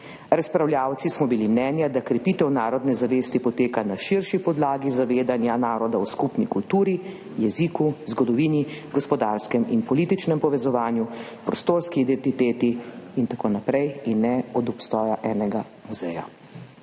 Razpravljavci smo menili, da krepitev narodne zavesti poteka na širši podlagi zavedanja naroda o skupni kulturi, jeziku, zgodovini, gospodarskem in političnem povezovanju, prostorski identiteti in tako naprej, in ne od obstoja enega muzeja.